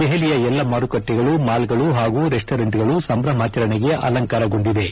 ದೆಹಲಿಯ ಎಲ್ಲ ಮಾರುಕಟ್ಟೆಗಳು ಮಾಲ್ಗಳು ಹಾಗೂ ರೆಸ್ಸೋರೆಂಟ್ಗಳು ಸಂಭ್ರಮಾಚರಣೆಗೆ ಅಲಂಕಾರಗೊಂಡಿವೆ